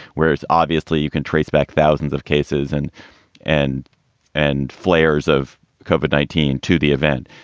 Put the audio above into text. whereas obviously you can trace back thousands of cases and and and flair's of kova nineteen to the event,